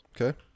Okay